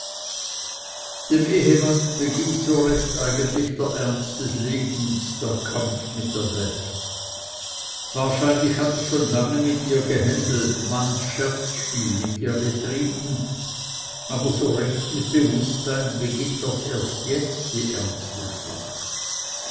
dem ehemann beginnt so recht eigentlich der ernst des lebens der kampf mit der welt wahrscheinlich hat er schon lange mit ihr gehändelt manch scherzspiel mit ihr getrieben aber so recht mit bewußtsein beginnt doch erst jetzt die ernste schlacht